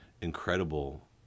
incredible